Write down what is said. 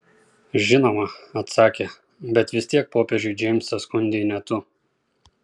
žinoma atsakė bet vis tiek popiežiui džeimsą skundei ne tu